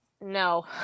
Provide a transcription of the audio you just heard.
no